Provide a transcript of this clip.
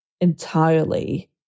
entirely